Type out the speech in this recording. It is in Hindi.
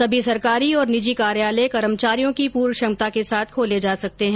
सभी सरकारी और निजी कार्यालय कर्मचारियों की पूर्ण क्षमता के साथ खोले जा संकते हैं